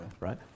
right